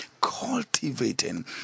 cultivating